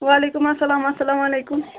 وعلیکُم اَلسلام اَلسلام علیکُم